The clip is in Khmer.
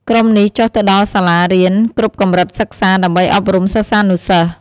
ក្រុមនេះចុះទៅដល់សាលារៀន គ្រប់កម្រិតសិក្សាដើម្បីអប់រំសិស្សានុសិស្ស។